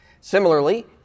Similarly